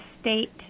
state